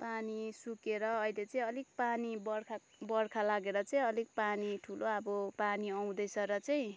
पानी सुकेर अहिले चाहिँ अलिक पानी बर्खा बर्खा लागेर चाहिँ अलिक पानी ठुलो अब पानी आउँदैछ र चाहिँ